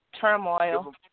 turmoil